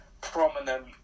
prominent